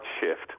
Shift